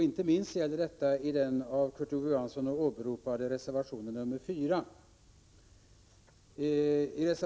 Inte minst gäller detta för den av Kurt Ove Johansson åberopade reservationen nr 4.